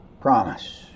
promise